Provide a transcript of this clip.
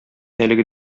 әлеге